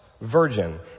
Virgin